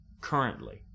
currently